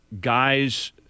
guys